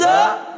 up